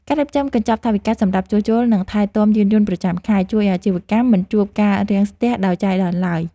ការរៀបចំកញ្ចប់ថវិកាសម្រាប់ជួសជុល និងថែទាំយានយន្តប្រចាំខែជួយឱ្យអាជីវកម្មមិនជួបការរាំងស្ទះដោយចៃដន្យឡើយ។